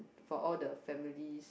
for all the families